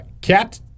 Cat